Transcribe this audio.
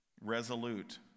resolute